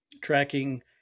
tracking